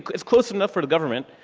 it's close enough for the government.